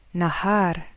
nahar